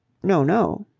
no, no.